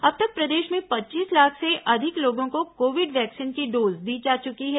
अब तक प्रदेश में पच्चीस लाख से अधिक लोगों को कोविड वैक्सीन की डोज दी जा चुकी है